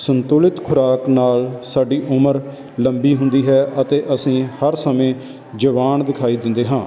ਸੰਤੁਲਿਤ ਖੁਰਾਕ ਨਾਲ ਸਾਡੀ ਉਮਰ ਲੰਬੀ ਹੁੰਦੀ ਹੈ ਅਤੇ ਅਸੀਂ ਹਰ ਸਮੇਂ ਜਵਾਨ ਦਿਖਾਈ ਦਿੰਦੇ ਹਾਂ